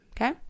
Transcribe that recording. okay